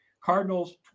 Cardinals